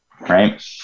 right